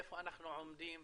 איפה אנחנו עומדים,